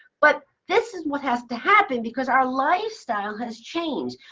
but this is what has to happen because our lifestyle has changed.